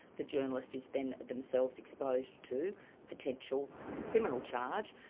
the journalist is then themselves exposed to potential criminal charge,